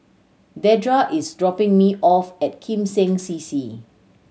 Dedra is dropping me off at Kim Seng C C